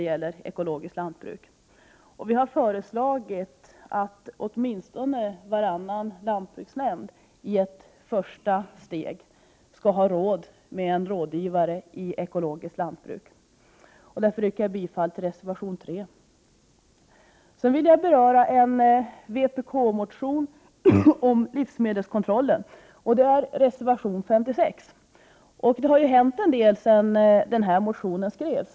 Vi har föreslagit att åtminstone varannan lantbruksnämnd, i ett första steg, skall ha råd med en rådgivare i ekologiskt lantbruk. Jag yrkar bifall till reservation 3. Sedan vill jag beröra en vpk-motion om livsmedelskontrollen — reservation 56. Det har hänt en hel del sedan motionen skrevs.